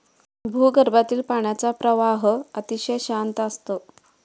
भूगर्भातील पाण्याचा प्रवाह अतिशय शांत असतो